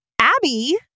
Abby